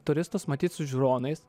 turistus matyt su žiūronais